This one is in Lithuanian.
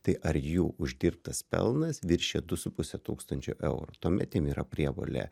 tai ar jų uždirbtas pelnas viršija du su puse tūkstančio eurų tuomet jam yra prievolė